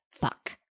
fuck